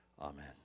Amen